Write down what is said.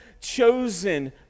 chosen